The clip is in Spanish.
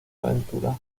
aventuras